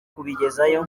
kubigezayo